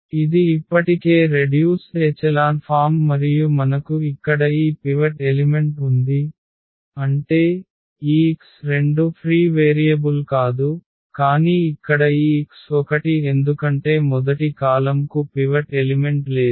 ఇది ఇప్పటికే reduced echelon form మరియు మనకు ఇక్కడ ఈ పివట్ ఎలిమెంట్ ఉంది అంటే ఈ x2 ఫ్రీ వేరియబుల్ కాదు కానీ ఇక్కడ ఈ x1 ఎందుకంటే మొదటి కాలమ్కు పివట్ ఎలిమెంట్ లేదు